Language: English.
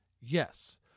Yes